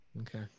Okay